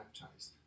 baptized